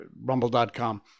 Rumble.com